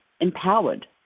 empowered